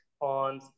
on